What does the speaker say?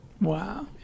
Wow